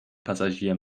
passagier